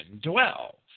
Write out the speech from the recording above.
dwell